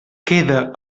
queda